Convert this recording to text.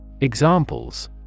Examples